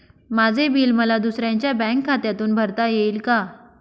माझे बिल मला दुसऱ्यांच्या बँक खात्यातून भरता येईल का?